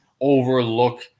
overlook